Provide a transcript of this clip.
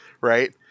right